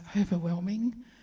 overwhelming